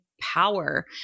power